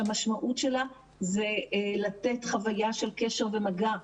שהמשמעות שלה זה לתת חוויה של קשר ומגע,